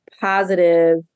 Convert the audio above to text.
positive